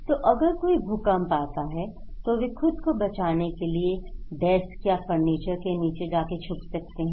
तो अगर कोई भूकंप आता है तो वे खुद को बचाने के लिए डेस्क या फर्नीचर के नीचे जाकर छुप सकते हैं